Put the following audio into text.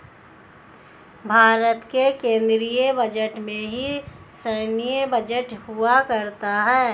भारत के केन्द्रीय बजट में ही सैन्य बजट हुआ करता है